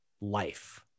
life